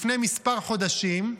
לפני מספר חודשים,